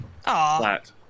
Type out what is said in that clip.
Flat